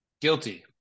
guilty